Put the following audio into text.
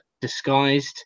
disguised